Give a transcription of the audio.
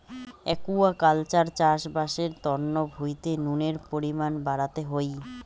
aquaculture চাষবাস এর তন্ন ভুঁইতে নুনের পরিমান বাড়াতে হই